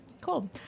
Cool